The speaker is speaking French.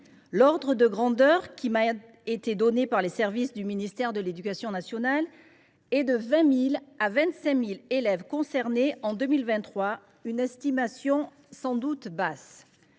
L’ordre de grandeur qui m’a été donné par les services du ministère de l’éducation nationale est de 20 000 à 25 000 élèves concernés en 2023, une estimation sans doute basse.